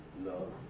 love